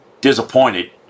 disappointed